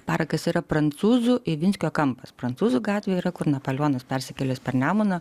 parakas yra prancūzų ivinskio kampas prancūzų gatvėje yra kur napoleonas persikėlęs per nemuną